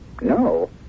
No